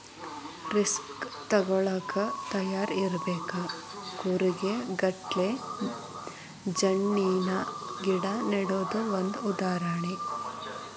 risk ತುಗೋಳಾಕ ತಯಾರ ಇರಬೇಕ, ಕೂರಿಗೆ ಗಟ್ಲೆ ಜಣ್ಣಿನ ಗಿಡಾ ನೆಡುದು ಒಂದ ಉದಾಹರಣೆ